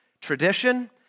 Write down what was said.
tradition